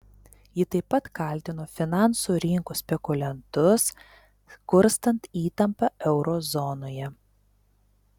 ji taip pat kaltino finansų rinkų spekuliantus kurstant įtampą euro zonoje